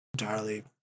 entirely